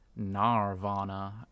Narvana